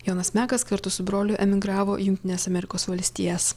jonas mekas kartu su broliu emigravo į jungtines amerikos valstijas